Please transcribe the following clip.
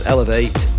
Elevate